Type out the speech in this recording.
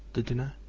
the dinner,